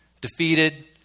defeated